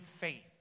faith